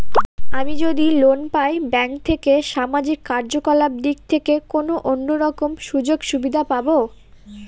আমি যদি লোন পাই ব্যাংক থেকে সামাজিক কার্যকলাপ দিক থেকে কোনো অন্য রকম সুযোগ সুবিধা পাবো?